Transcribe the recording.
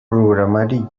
programari